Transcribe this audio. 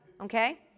okay